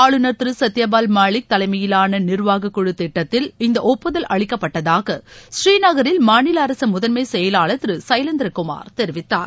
ஆளுநர் திரு சத்தியபால் மாளிக் தலைமையிலான நிர்வாக குழு திட்டத்தில் இந்த ஒப்புதல் அளிக்கப்பட்டதாக ஸ்ரீநகரில் மாநில அரசு முதன்மை செயலாளர் திரு சைலேந்திர குமார் தெரிவித்தார்